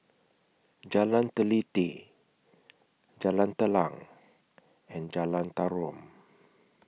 Jalan Teliti Jalan Telang and Jalan Tarum